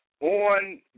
on